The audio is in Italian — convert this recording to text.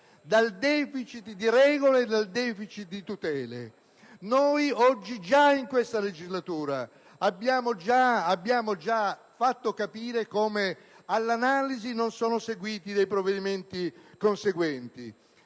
dal*deficit* di regole e di tutele. Noi, già in questa legislatura, abbiamo fatto capire come all'analisi non sono seguiti dei provvedimenti conseguenti;